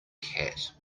cat